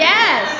Yes